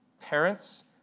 Parents